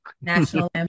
National